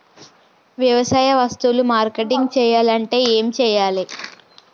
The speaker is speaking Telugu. వ్యవసాయ వస్తువులు మార్కెటింగ్ చెయ్యాలంటే ఏం చెయ్యాలే?